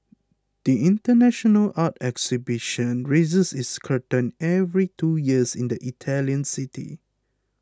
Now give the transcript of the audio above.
the international art exhibition raises its curtain every two years in the Italian city